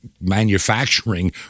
manufacturing